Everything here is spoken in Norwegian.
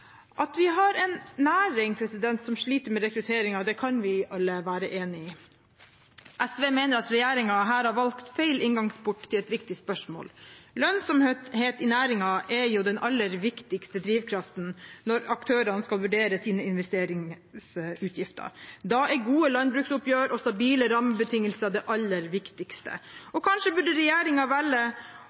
At vi har en næring som sliter med rekruttering, det kan vi alle være enige om. SV mener at regjeringen her har valgt feil inngangsport til et viktig spørsmål. Lønnsomhet i næringen er jo den aller viktigste drivkraften når aktørene skal vurdere sine investeringsutgifter. Da er gode landbruksoppgjør og stabile rammebetingelser det aller viktigste. Og kanskje burde regjeringen velge